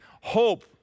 hope